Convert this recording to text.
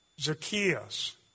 Zacchaeus